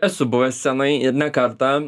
esu buvęs scenoj ir ne kartą